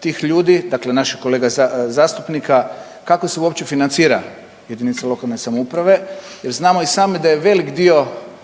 tih ljudi, dakle naših kolega zastupnika kako se uopće financira jedinica lokalne samouprave, jer znamo i sami da je velik dio